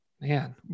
Man